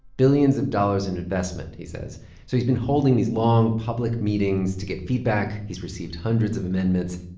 billions of dollars in investment, he says so he's been holding these long public meetings to get feedback. he's received hundreds of amendments.